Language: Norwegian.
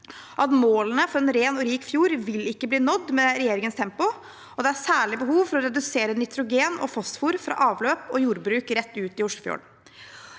målene for en ren og rik fjord ikke vil bli nådd med regjeringens tempo. Det er særlig behov for å redusere nitrogen og fosfor fra avløp og jordbruk rett ut i Oslofjorden.